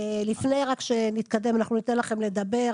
לפני שנתקדם אנחנו ניתן לכם לדבר.